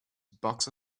box